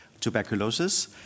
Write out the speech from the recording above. tuberculosis